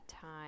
time